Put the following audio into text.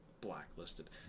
blacklisted